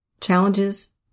challenges